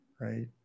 right